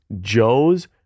Joe's